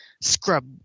scrub